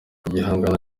igihangano